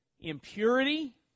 impurity